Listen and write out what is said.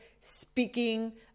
speaking